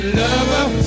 lover